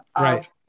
Right